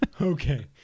okay